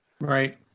Right